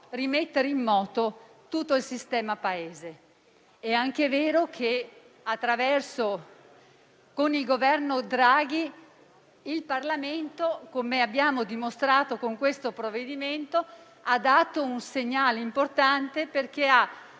rimettere in moto tutto il sistema Paese. È anche vero che, con il Governo Draghi, il Parlamento - come abbiamo dimostrato con questo provvedimento - ha lanciato un segnale importante, perché ha